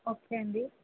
okay అండీ